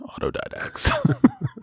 autodidacts